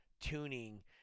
tuning